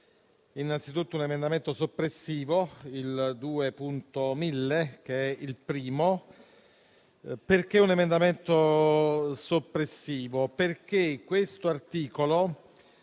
Innanzitutto un emendamento soppressivo, il 2.1000, che è il primo. Perché un emendamento soppressivo? Questo articolo